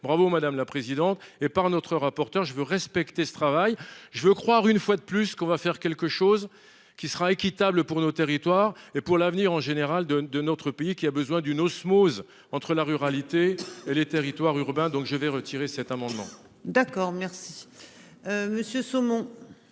bravo madame la présidente, et par notre rapporteur je veux respecter ce travail je veux croire une fois de plus ce qu'on va faire quelque chose qui sera équitable pour nos territoires et pour l'avenir en général de de notre pays qui a besoin d'une osmose entre la ruralité et les territoires urbains, donc je vais retirer cet amendement. D'accord merci. Monsieur saumon.